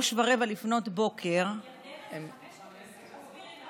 03:15, ירדנה, תסבירי לה,